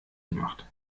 gemacht